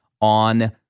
on